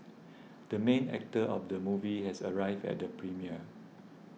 the main actor of the movie has arrived at the premiere